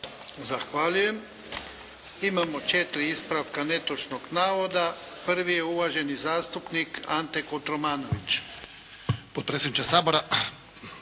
Zahvaljujem. Imamo četiri ispravka netočnog navoda. Prvi je uvaženi zastupnik Ante Kotromanović. **Kotromanović,